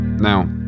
Now